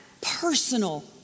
personal